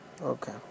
Okay